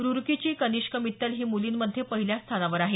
रुरकीची कनिष्क मित्तल ही मुलींमध्ये पहिल्या स्थानावर आहे